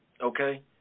okay